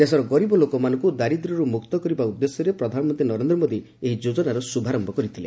ଦେଶର ଗରିବ ଲୋକମାନଙ୍କୁ ଦାରିଦ୍ର୍ୟରୁ ମୁକ୍ତ କରିବା ଉଦ୍ଦେଶ୍ୟରେ ପ୍ରଧାନମନ୍ତ୍ରୀ ନରେନ୍ଦ୍ର ମୋଦି ଏହି ଯୋଜନାର ଶ୍ରଭାରୟ କରିଥିଲେ